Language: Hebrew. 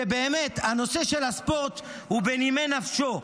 שבאמת הנושא של הספורט הוא בנימי נפשו,